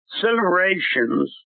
celebrations